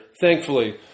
thankfully